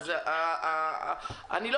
הם בכלל